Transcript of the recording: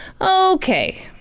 Okay